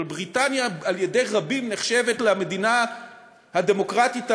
אבל בריטניה על-ידי רבים נחשבת למדינה הדמוקרטית הראשונה,